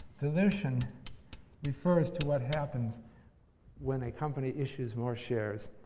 dilution refers to what happens when a company issues more shares.